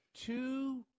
two